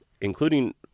including